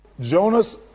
Jonas